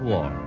War